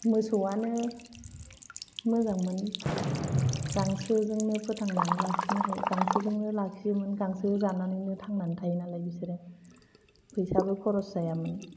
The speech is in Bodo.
मोसौवानो मोजांमोन गांसोजोंनो फोथांनानै लाखिनो हायो गांसोजोंनो लाखियोमोन गांसो जानानैनो थांनानै थायोनालाय बिसोरो फैसाबो खर'स जायामोन